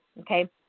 okay